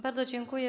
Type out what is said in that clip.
Bardzo dziękuję.